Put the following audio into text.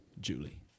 Julie